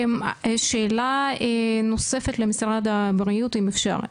שאלה נוספת למשרד הבריאות אם אפשר.